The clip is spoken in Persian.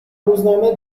روزنامه